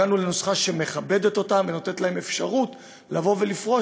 הגענו לנוסחה שמכבדת אותם ונותנת להם אפשרות לבוא ולפרוש,